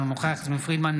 אינו נוכח יסמין פרידמן,